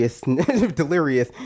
delirious